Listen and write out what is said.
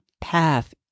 path